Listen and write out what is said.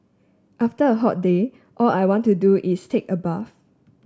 after a hot day all I want to do is take a bath